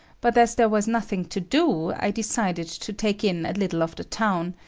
but as there was nothing to do, i decided to take in a little of the town,